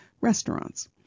restaurants